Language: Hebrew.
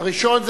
הראשון,